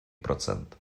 procent